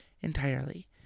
entirely